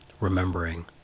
remembering